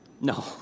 No